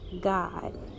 God